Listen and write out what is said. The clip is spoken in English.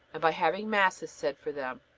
by having masses said for them.